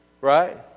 Right